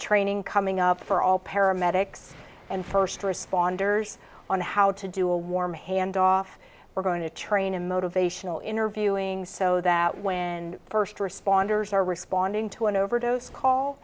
training coming up for all paramedics and first responders on how to do a warm handoff we're going to train a motivational interviewing so that when first responders are responding to an overdose call